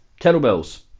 kettlebells